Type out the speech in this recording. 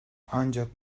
ancak